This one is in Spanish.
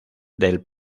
del